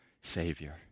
Savior